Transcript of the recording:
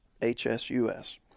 HSUS